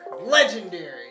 Legendary